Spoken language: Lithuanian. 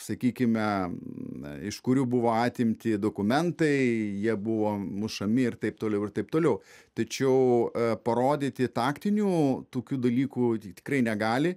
sakykime na iš kurių buvo atimti dokumentai jie buvo mušami ir taip toliau ir taip toliau tačiau parodyti taktinių tokių dalykų tikrai negali